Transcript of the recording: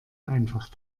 einfach